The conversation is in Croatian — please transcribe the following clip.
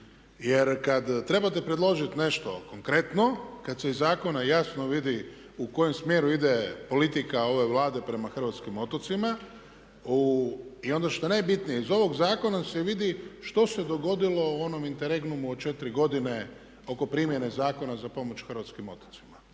Jer kad trebate predložiti nešto konkretno, kad se iz zakona jasno vidi u kojem smjeru ide politika ove Vlade prema hrvatskim otocima i onda što je najbitnije iz ovog zakona se vidi što se dogodilo u onom interregnumu od 4 godine oko primjene Zakona za pomoć hrvatskim otocima.